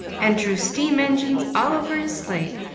and drew steam-engines all over his slate,